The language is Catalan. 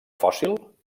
fòssil